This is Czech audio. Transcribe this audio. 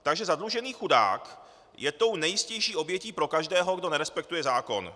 Takže zadlužený chudák je tou nejjistější obětí pro každého, kdo nerespektuje zákon.